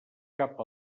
cap